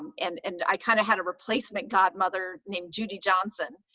and and i kind of had a replacement godmother named judy johnson,